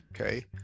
okay